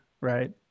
right